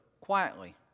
quietly